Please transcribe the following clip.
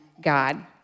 God